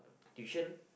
tuition